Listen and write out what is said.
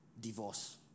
divorce